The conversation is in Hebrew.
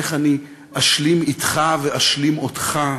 איך אני אשלים אתך ואשלים אותך,